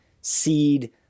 seed